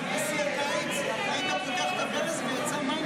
ההסתייגויות לסעיף 14 בדבר